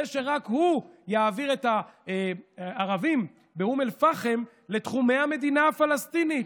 זה שרק הוא יעביר את הערבים באום אל-פחם לתחומי המדינה הפלסטינית.